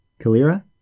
Kalira